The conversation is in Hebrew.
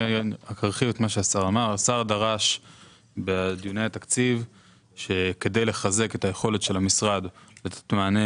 השר דרש בדיוני התקציב שכדי לחזק את היכולת של משרד לתת מענה